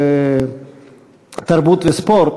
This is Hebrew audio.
התרבות והספורט